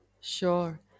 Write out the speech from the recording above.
Sure